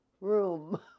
room